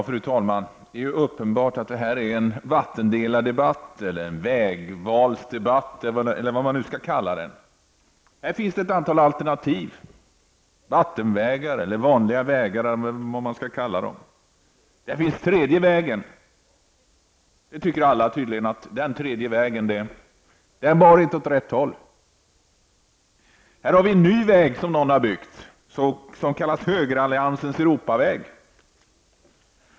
Fru talman! Det är uppenbart att detta är en vattendelardebatt eller en vägvalsdebatt. Det finns ett antal alternativ till benämningar, t.ex. vattenvägar eller vanliga vägar. Det finns också den tredje vägen, men nu säger alla att den inte bar åt rätt håll. Här har någon byggt en ny väg som kallas högeralliansens Europaväg.